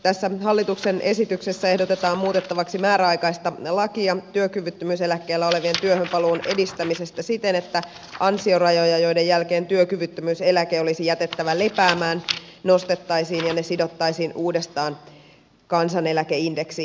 tässä hallituksen esityksessä ehdotetaan muutettavaksi määräaikaista lakia työkyvyttömyyseläkkeellä olevien työhönpaluun edistämisestä siten että ansiorajoja joiden jälkeen työkyvyttömyyseläke olisi jätettävä lepäämään nostettaisiin ja ne sidottaisiin uudestaan kansaneläkeindeksiin